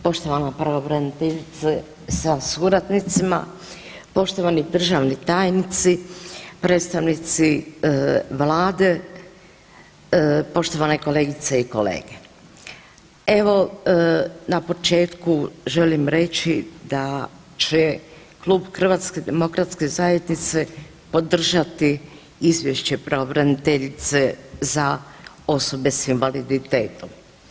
Poštovana pravobraniteljice sa suradnicima, poštovani državni tajnici, predstavnici Vlade, poštovane kolegice i kolege, evo na početku želim reći da će Klub HDZ-a podržati izvješće pravobraniteljice za osobe s invaliditetom.